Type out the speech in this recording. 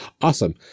Awesome